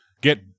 get